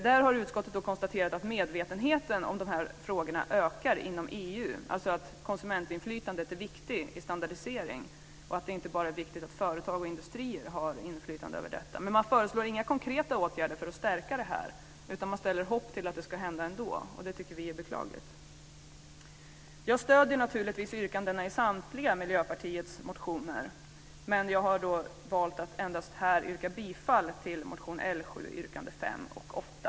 Där har utskottet konstaterat att medvetenheten om de här frågorna ökar inom EU, alltså att konsumentinflytandet är viktigt vid standardisering och att det inte bara är viktigt att företag och industrier har inflytande över detta. Men man föreslår inga konkreta åtgärder för att stärka detta, utan man sätter hopp till att det ska hända ändå. Det tycker vi är beklagligt. Jag stöder naturligtvis yrkandena i samtliga Miljöpartiets motioner, men jag har valt att här endast yrka bifall till motion L7 yrkandena 5 och 8.